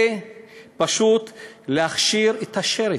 זה פשוט להכשיר את השרץ.